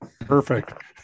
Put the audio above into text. Perfect